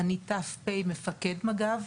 אני ת"פ מפקד מג"ב.